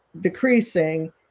decreasing